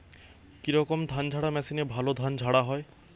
কি রকম ধানঝাড়া মেশিনে ভালো ধান ঝাড়া হয়?